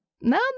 Now